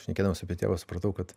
šnekėdamas apie tėvą supratau kad